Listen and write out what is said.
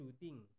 shooting